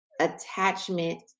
attachment